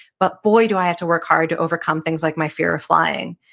but boy, do i have to work hard to overcome things like my fear of flying.